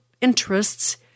interests